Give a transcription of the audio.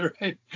right